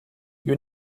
you